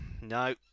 No